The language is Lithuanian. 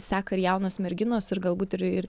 seka ir jaunos merginos ir galbūt ir ir